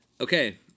Okay